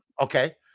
Okay